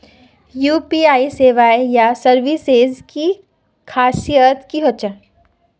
UPI सेवाएँ या services की खासियत की होचे?